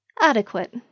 Adequate